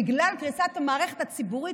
בגלל קריסת המערכת הציבורית,